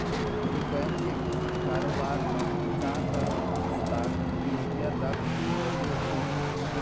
ए bank के कुल कारोबार ह चार करोड़ तीस लाख रूपिया तक होगे हे